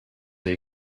they